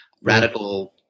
radical